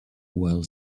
while